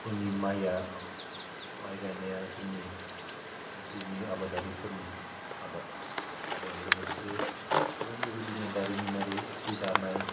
जोंनि मायआ माय गायनाया जोंनि ओनसोलनि आबादारिफोरनि आबाद आरो लोगासे गोबां बेबायदिनो दारिमिनारि सि दानाय